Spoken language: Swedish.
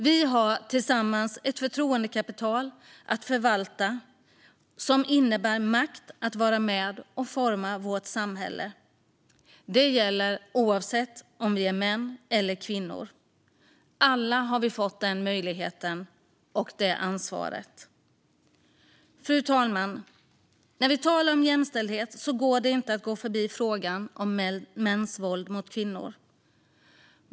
Vi har tillsammans ett förtroendekapital att förvalta som innebär makt att vara med och forma vårt samhälle. Det gäller oavsett om vi är män eller kvinnor. Alla har vi fått den möjligheten och det ansvaret. Fru talman! När vi talar om jämställdhet går det inte att gå förbi frågan om mäns våld mot kvinnor.